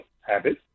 habit